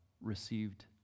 received